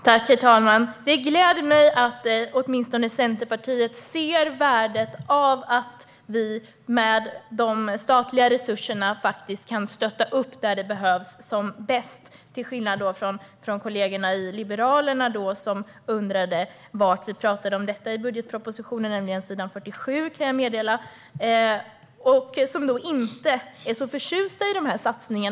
Herr talman! Det gläder mig att åtminstone Centerpartiet ser värdet av att vi med de statliga resurserna faktiskt kan stötta upp där det behövs som bäst, detta till skillnad från kollegorna i Liberalerna som undrade var i budgetpropositionen som detta tas upp. Jag kan meddela att detta tas upp på s. 47. Liberalerna är inte så förtjusta i dessa satsningar.